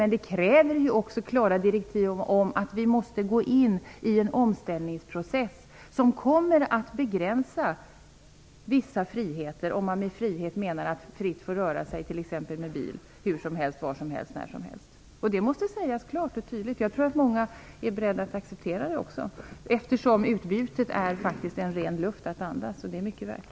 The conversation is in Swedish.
Men det kräver också klara direktiv om att vi måste gå in i en omställningsprocess som kommer att begränsa vissa friheter, om man med frihet menar att fritt få röra sig med t.ex. bil hur som helst, var som helst och när som helst. Detta måste sägas klart och tydligt. Jag tror att många också är beredda att acceptera det, eftersom utbytet faktiskt är ren luft att andas, och det är mycket värt.